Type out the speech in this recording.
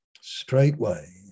straightway